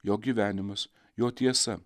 jo gyvenimas jo tiesa